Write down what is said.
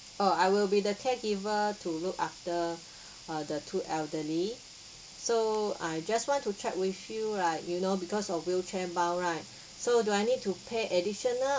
uh I will be the caregiver to look after uh the two elderly so I just want to check with you right you know because of wheelchair bound right so do I need to pay additional